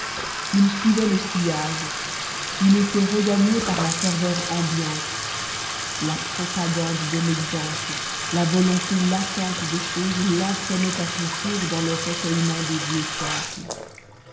il suivait le sillage il était regagné par la ferveur ambiante la propagande de l'exemple la volonté latente des choses l'entraînaient à son tour dans le recueillement des vieux temples